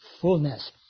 fullness